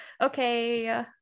Okay